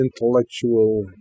intellectual